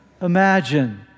imagine